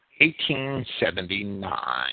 1879